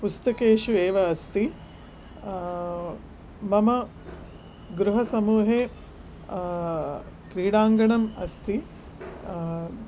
पुस्तकेषु एव अस्ति मम गृहसमूहे क्रीडाङ्गणं अस्ति